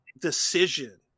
decision